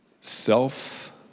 Self